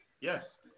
Yes